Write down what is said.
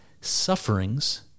sufferings